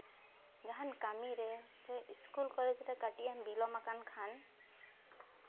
ᱡᱟᱦᱟᱱ ᱠᱟᱹᱢᱤᱨᱮ ᱥᱮ ᱤᱥᱠᱩᱞ ᱠᱚᱞᱮᱡᱽ ᱨᱮ ᱠᱟᱹᱴᱤᱡ ᱮᱢ ᱵᱤᱞᱚᱢ ᱟᱠᱟᱱ ᱠᱷᱟᱱ